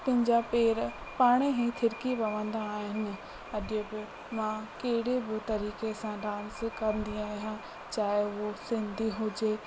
पंहिंजा पेर पाण ई थिरकी पवंदा आहिनि अॼु बि मां कहिड़े बि तरीके़ सां डांस कंदी आहियां चाहे उहो सिंधी हुजे